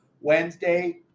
Wednesday